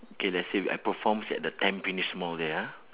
okay let's say I performs at the tampines mall there ah